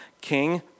king